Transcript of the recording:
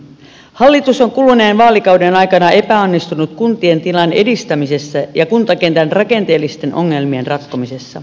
hallitus on kuluneen vaalikauden aikana epäonnistunut kuntien tilan edistämisessä ja kuntakentän rakenteellisten ongelmien ratkomisessa